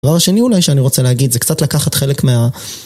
הדבר השני אולי שאני רוצה להגיד זה קצת לקחת חלק מה...